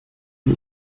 wie